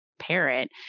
parent